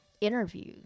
interviews